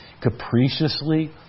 capriciously